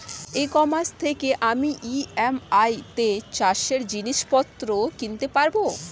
ই commerce থেকে আমি EMI তে চাষে জিনিসপত্র কিনতে পারব?